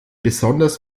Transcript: besonders